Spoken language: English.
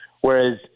whereas